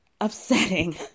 upsetting